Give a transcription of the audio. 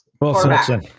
Wilson